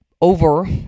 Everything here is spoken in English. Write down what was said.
over